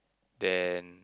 then